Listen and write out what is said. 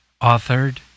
authored